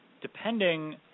depending